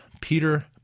Peter